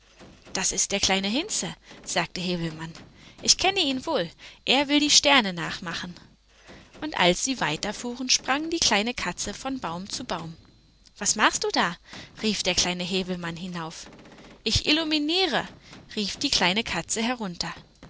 das ist der kleine hinze sagte häwelmann ich kenne ihn wohl er will die sterne nachmachen und als sie weiter fuhren sprang die kleine katze mit von baum zu baum was machst du da rief der kleine häwelmann hinauf ich illuminiere rief die kleine katze herunter